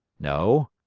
no,